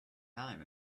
time